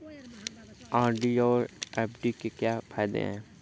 RD और FD के क्या फायदे हैं?